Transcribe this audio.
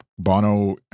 Bono